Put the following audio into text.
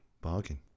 bargain